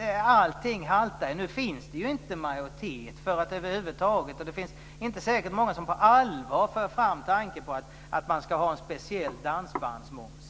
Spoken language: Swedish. Allting haltar ju. Nu finns det inte majoritet för detta, och det är nog inte många som på allvar för fram tanken på att det skulle vara en speciell dansbandsmoms.